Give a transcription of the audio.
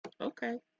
Okay